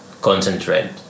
concentrate